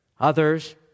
others